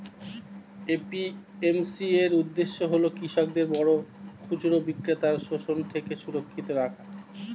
APMC এর উদ্দেশ্য হল কৃষকদের বড় খুচরা বিক্রেতার শোষণ থেকে সুরক্ষিত রাখা